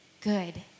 good